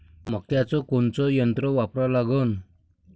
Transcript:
मक्याचं कोनचं यंत्र वापरा लागन?